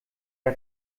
der